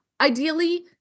ideally